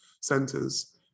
centers